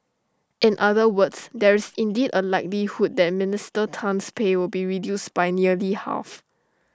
in other words there is indeed A likelihood that Minister Tan's pay will be reduced by nearly half